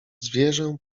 zwierzę